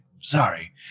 Sorry